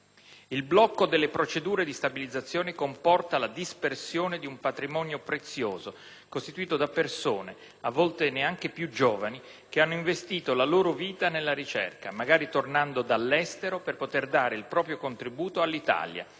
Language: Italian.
Il blocco delle procedure di stabilizzazione comporta la dispersione di un patrimonio prezioso costituito da persone, a volte neanche più giovani, che hanno investito la loro vita nella ricerca, magari tornando dall'estero per poter dare il proprio contributo all'Italia,